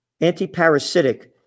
anti-parasitic